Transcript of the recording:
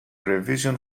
revision